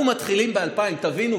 אנחנו מתחילים ב-2,000, תבינו.